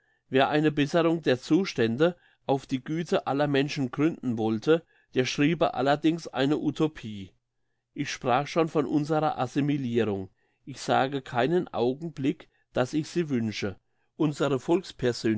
wer eine besserung der zustände auf die güte aller menschen gründen wollte der schriebe allerdings eine utopie ich sprach schon von unserer assimilirung ich sage keinen augenblick dass ich sie wünsche unsere